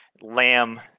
Lamb